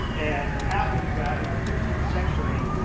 and it happens that in the fifteenth century,